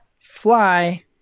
fly